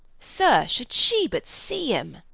sir, should she but see him